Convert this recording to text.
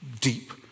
deep